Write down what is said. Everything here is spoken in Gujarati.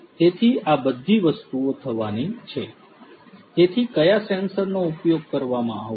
તેથી આ બધી વસ્તુઓ થવાની છે તેથી કયા સેન્સરનો ઉપયોગ કરવામાં આવશે